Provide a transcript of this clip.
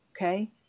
Okay